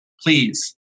please